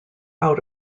out